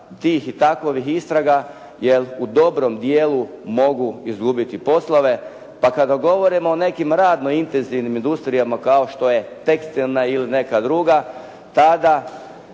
tih i takovih istraga jer u dobrom dijelu mogu izgubiti poslove pa kada govorimo o nekim radno intenzivnim industrijama kao što je tekstilna ili neka druga tada